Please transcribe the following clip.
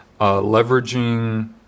Leveraging